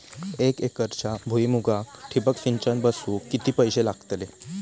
एक एकरच्या भुईमुगाक ठिबक सिंचन बसवूक किती पैशे लागतले?